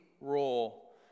role